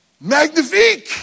Magnifique